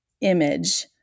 image